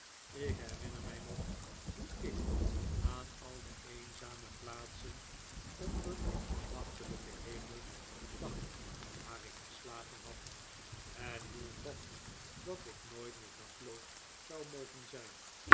ik herinner mij nog hoe ik aan al de eenzame plaatsen onder den nachtelijken hemel dacht waar ik geslapen had en hoe ik bad dat ik nooit meer dakloos zou mogen zijn